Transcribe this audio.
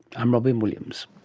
i'm robyn williams.